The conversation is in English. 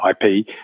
IP